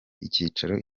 icyicaro